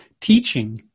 Teaching